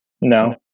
No